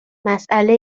مسئله